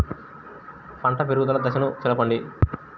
పంట పెరుగుదల దశలను తెలపండి?